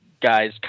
guys